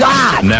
God